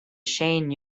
shane